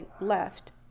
left